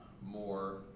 more